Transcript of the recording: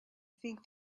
think